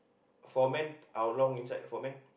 for man how long inside for man